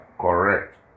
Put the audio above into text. correct